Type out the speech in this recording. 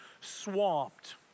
swamped